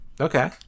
Okay